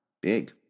big